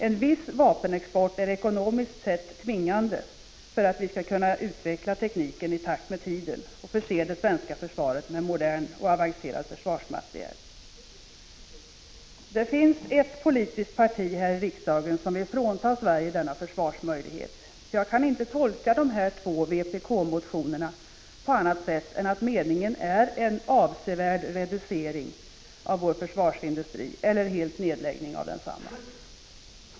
En viss vapenexport är ekonomiskt sett tvingande för att vi skall kunna utveckla tekniken i takt med tiden och förse det svenska försvaret med modern och avancerad försvarsmateriel. Det finns ett politiskt parti här i riksdagen som vill frånta Sverige denna försvarsmöjlighet. Jag kan inte tolka de här två vpk-motionerna på annat sätt än att meningen är att få till stånd en avsevärd reducering av vår försvarsindustri eller en fullständig nedläggning av densamma.